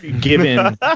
given